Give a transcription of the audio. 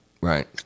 Right